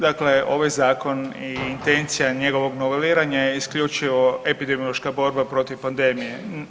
Dakle, ovaj zakon i intencija njegovog noveliranja je isključivo epidemiološka borba protiv pandemije.